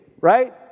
right